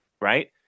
right